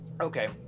okay